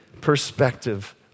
perspective